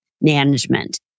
management